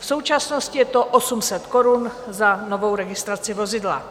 V současnosti je to 800 korun za novou registraci vozidla.